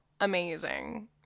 amazing